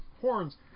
horns